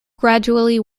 gradually